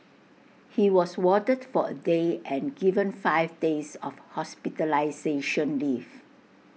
he was warded for A day and given five days of hospitalisation leave